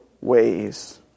ways